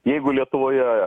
jeigu lietuvoje